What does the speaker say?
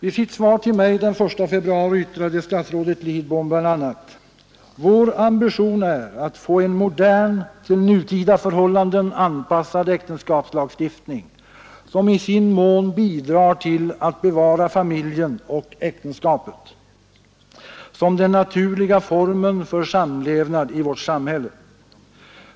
I sitt svar till mig den 1 februari yttrade statsrådet Lidbom bl.a.: ”Vår ambition är att få en modern, till nutida förhållanden anpassad äktenskapslagstiftning, som i sin mån bidrar till att bevara familjen och äktenskapet som den naturliga formen för samlevnad i vårt samhälle”.